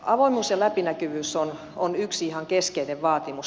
avoimuus ja läpinäkyvyys on yksi ihan keskeinen vaatimus